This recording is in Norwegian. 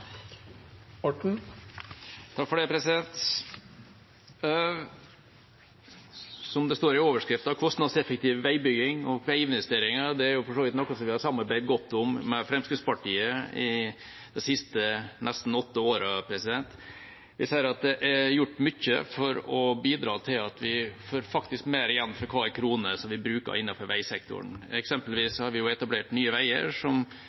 for så vidt noe vi har samarbeidet godt om med Fremskrittspartiet i de siste nesten åtte årene. Det er gjort mye for å bidra til at vi faktisk får mer igjen for hver krone vi bruker innenfor veisektoren. Eksempelvis har vi jo etablert Nye Veier, som